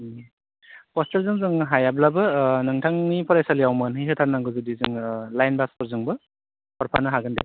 उम फस्थलजों जों हायाब्लाबो नोंथांनि फरायसालियाव मोनहै होथारनांगौ जुदि जोङो लाइन बासफोरजोंबो हरफानो हागोन दे